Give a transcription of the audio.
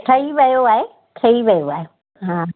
ठही वियो आहे ठही वियो आहे हा